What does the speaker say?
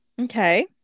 Okay